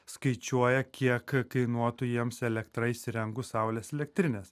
skaičiuoja kiek kainuotų jiems elektra įsirengus saulės elektrines